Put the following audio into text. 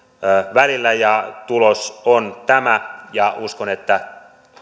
välillä ja tulos on tämä uskon että